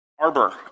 arbor